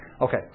Okay